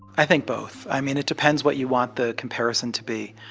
i think both. i mean, it depends what you want the comparison to be.